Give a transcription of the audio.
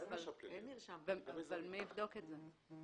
אבל מי יבדוק את זה?